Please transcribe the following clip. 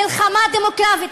מלחמה דמוגרפית,